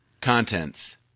Contents